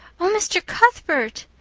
oh, mr. cuthbert!